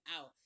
out